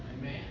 Amen